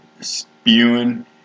spewing